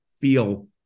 feel